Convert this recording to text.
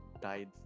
died